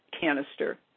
canister